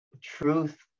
truth